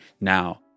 now